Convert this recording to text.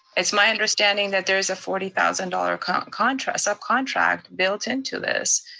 it's my understanding that there's a forty thousand dollars subcontract subcontract built into this,